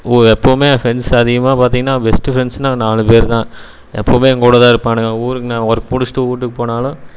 எப்பவுமே என் ஃப்ரெண்ட்ஸ் அதிகமாக பார்த்தீங்கன்னா பெஸ்ட்டு ஃப்ரெண்ட்ஸுனா அந்த நாலு பேர்தான் எப்போவுமே எங்கூட தான் இருப்பானுங்க ஊருக்கு நான் ஒர்க் முடிச்சுட்டு வீட்டுக்குப் போனாலும்